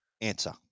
answer